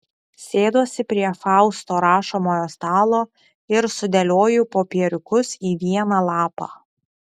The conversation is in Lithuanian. sėduosi prie fausto rašomojo stalo ir sudėlioju popieriukus į vieną lapą